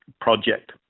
project